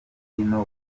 hino